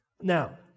Now